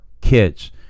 kids